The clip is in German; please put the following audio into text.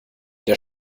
der